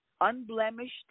unblemished